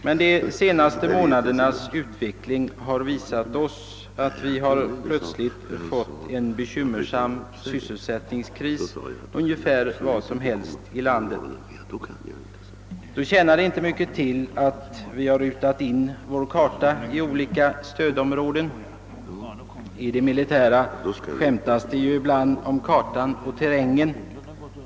Men de senaste månadernas utveckling har visat att vi plötsligt kan få en bekymmersam sysselsättningskris ungefär var som helst i landet. Då tjänar det inte mycket till att vi har rutat in vår karta i olika stödområden. I det militära skämtas det ibland om kartan och terrängen.